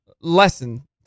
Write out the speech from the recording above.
lesson